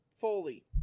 Foley